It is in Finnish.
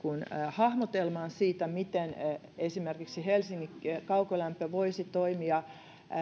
hahmotelmaan siitä miten esimerkiksi helsingin kaukolämpö voisi toimia